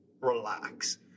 relax